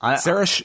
Sarah